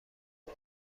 عضو